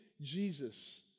Jesus